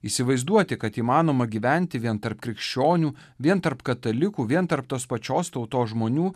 įsivaizduoti kad įmanoma gyventi vien tarp krikščionių vien tarp katalikų vien tarp tos pačios tautos žmonių